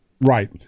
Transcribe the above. Right